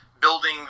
building